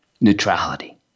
neutrality